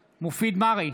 מרעי,